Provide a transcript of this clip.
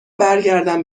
برگردم